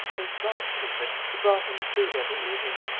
the lodge-keeper. he brought him his food every evening.